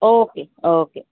okay okay